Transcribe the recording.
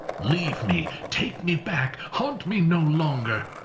leave me! take me back. haunt me no longer!